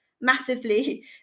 massively